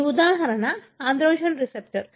ఈ ఉదాహరణ androgen receptor